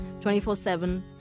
24-7